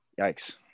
Yikes